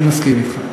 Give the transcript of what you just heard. אני מסכים אתך,